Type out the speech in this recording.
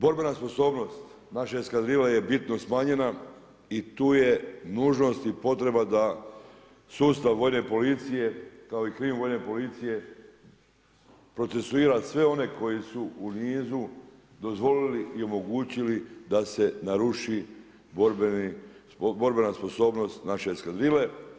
Borbena sposobnost naše eskadrile je bitno smanjena i tu je nužnost i potreba da sustav vojne policije kao i krim vojne policije procesuira sve one koji su u niz dozvolili i omogućili da se naruši borbena sposobnost naše eskadrile.